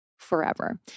Forever